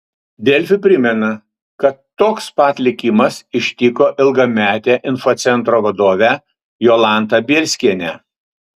delfi primena kad toks pat likimas ištiko ilgametę infocentro vadovę jolantą bielskienę